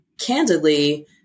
candidly